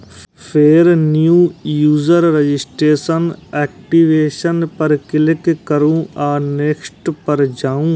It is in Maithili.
फेर न्यू यूजर रजिस्ट्रेशन, एक्टिवेशन पर क्लिक करू आ नेक्स्ट पर जाउ